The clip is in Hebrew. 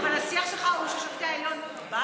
אבל השיח שלך הוא ששופטי העליון בזו,